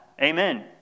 Amen